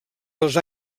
dels